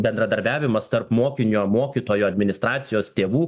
bendradarbiavimas tarp mokinio mokytojo administracijos tėvų